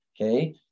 Okay